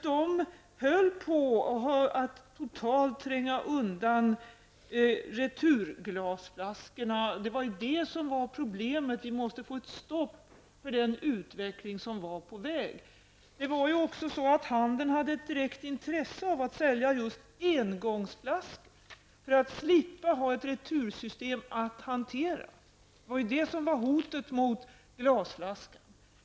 De höll på att totalt tränga undan returglasflaskorna. Det var det stora problemet. Vi måste få ett stopp på den utvecklingen. Handeln hade ett direkt intresse av att sälja just engångsflaskor för att slippa ha ett retursystem att hantera. Det var hotet mot glasflaskorna.